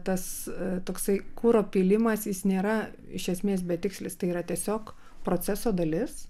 tas toksai kuro pylimas jis nėra iš esmės betikslis tai yra tiesiog proceso dalis